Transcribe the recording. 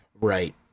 Right